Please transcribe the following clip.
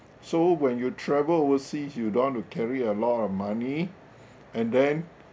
so when you travel overseas you don't want to carry a lot of money and then